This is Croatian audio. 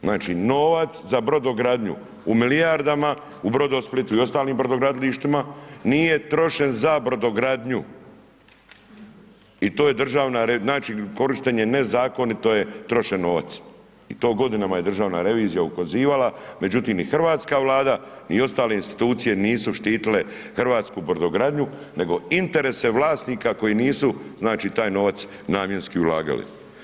Znači, novac za brodogradnju u milijardama, u Brodosplitu i ostalim brodogradilištima nije trošen za brodogradnju i to je državna, znači, korištenje nezakonito je trošen novac i to godinama je državna revizija ukazivala, međutim, i hrvatska Vlada i ostale institucije nisu štitile hrvatsku brodogradnju, nego interese vlasnika koji nisu, znači, taj novac namjenski ulagali.